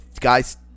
Guys